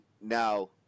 now